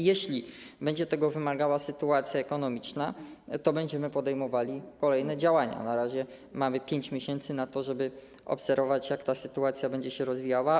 Jeśli będzie tego wymagała sytuacja ekonomiczna, to będziemy podejmowali kolejne działania, a na razie mamy 5 miesięcy na to, żeby obserwować, jak ta sytuacja będzie się rozwijała.